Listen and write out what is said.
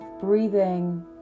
breathing